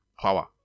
power